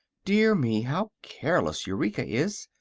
dear me! how careless eureka is,